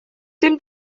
dim